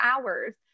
hours